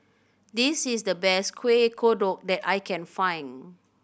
this is the best Kueh Kodok that I can find